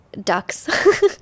ducks